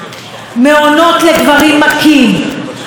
לא להוציא את הנשים למעונות לנשים מוכות.